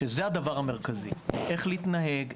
שזה הדבר המרכזי: איך להתנהג,